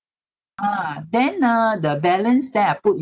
ah then uh the balance then I put